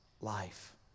life